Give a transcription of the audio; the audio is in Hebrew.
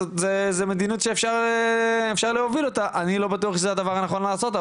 זו מדיניות שאפשר להוביל אותה אני לא בטוח שזה הדבר הנכון לעשות,